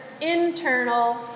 internal